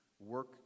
Work